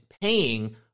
paying